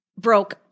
broke